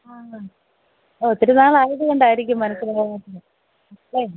ആ ഒത്തിരിനാളായതുകൊണ്ടായിരിക്കും മനസ്സിലാകാത്തത്